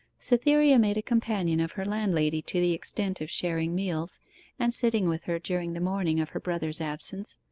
cytherea made a companion of her landlady to the extent of sharing meals and sitting with her during the morning of her brother's absence.